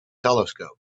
telescope